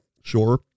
sure